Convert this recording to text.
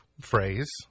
phrase